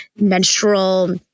menstrual